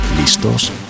¿Listos